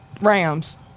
Rams